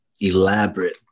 elaborate